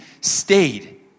stayed